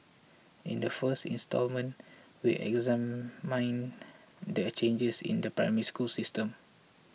in the first instalment we examine the a changes in the Primary School system